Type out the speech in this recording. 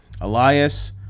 Elias